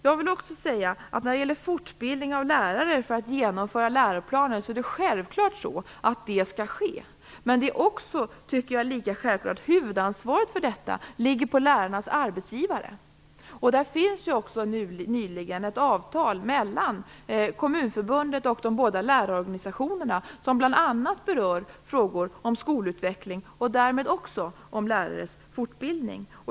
Det är självklart att det skall bedrivas fortbildning av lärare för att genomföra läroplanen, men det är lika självklart att huvudansvaret för detta ligger på lärarnas arbetsgivare. Det ingicks ju nyligen ett avtal mellan Kommunförbundet och de båda lärarorganisationerna, som bl.a. berör frågor om skolutveckling och därmed också om lärares fortbildning.